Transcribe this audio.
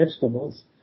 vegetables